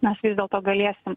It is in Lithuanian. mes vis dėlto galėsim